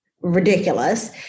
ridiculous